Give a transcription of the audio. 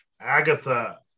Agatha